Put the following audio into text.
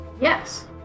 Yes